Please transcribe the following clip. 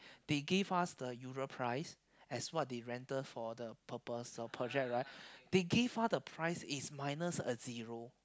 they give us the usual price as what they rented for the purpose the project right they give us the price is minus a zero